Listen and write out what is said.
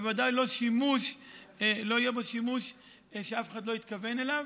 ובוודאי שלא יהיה בו שימוש שאף אחד לא התכוון אליו.